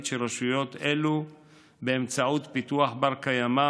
של רשויות אלו באמצעות פיתוח בר-קיימא